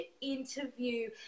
interview